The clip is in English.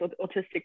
autistic